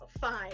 fine